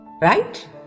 right